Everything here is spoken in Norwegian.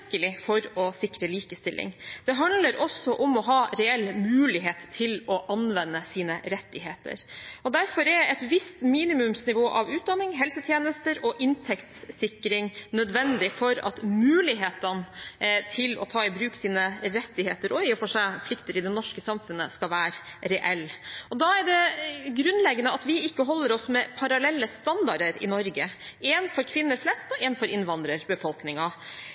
for å sikre likestilling. Det handler også om å ha en reell mulighet til å anvende sine rettigheter. Derfor er et visst minimumsnivå av utdanning, helsetjenester og inntektssikring nødvendig for at mulighetene til å ta i bruk sine rettigheter – og i og for seg plikter – i det norske samfunnet skal være reelle. Da er det grunnleggende at vi ikke holder oss med parallelle standarder i Norge – én for kvinner flest og én for